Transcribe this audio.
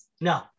No